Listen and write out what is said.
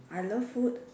I love food